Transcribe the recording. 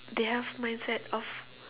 they have mindset of